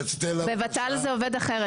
בות"ל זה עובד אחרת.